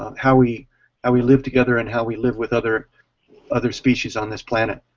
how we and we live together, and how we live with other other species on this planet.